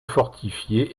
fortifiée